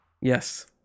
Yes